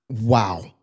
wow